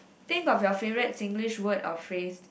think about your favourite Singlish word or phrase